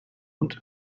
und